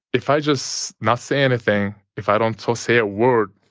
if i just not say anything, if i don't so say a word,